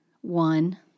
one